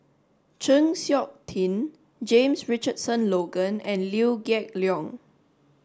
Chng Seok Tin James Richardson Logan and Liew Geok Leong